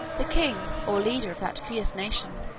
the king, or leader, of that fierce nation,